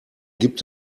gibt